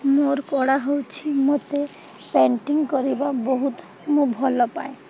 ମୋର କଳା ହେଉଛି ମୋତେ ପେଣ୍ଟିଂ କରିବା ବହୁତ ମୁଁ ଭଲପାଏ